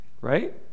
Right